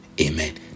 Amen